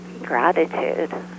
gratitude